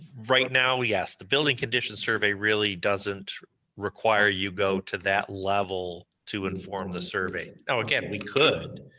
right now, yes, the building condition survey really doesn't require you go to that level to inform the survey. oh, again, we could,